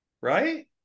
right